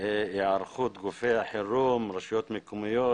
היערכות גופי החירום ברשויות המקומיות.